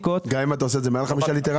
גם אם אתה עושה את זה רק למעל חמישה ליטר?